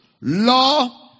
Law